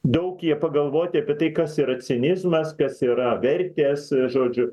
daug jie pagalvoti apie tai kas yra cinizmas kas yra vertės žodžiu